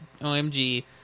OMG